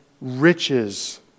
riches